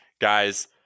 guys